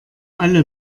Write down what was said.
alle